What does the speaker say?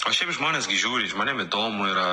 o šiaip žmonės gi žiūri žmonėm įdomu yra